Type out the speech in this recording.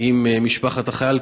עם משפחת החייל,